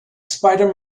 spider